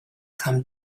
come